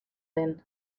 den